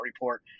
report